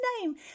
name